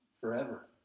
forever